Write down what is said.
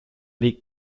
league